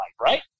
right